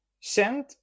send